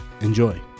Enjoy